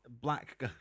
black